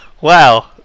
Wow